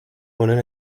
honen